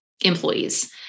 employees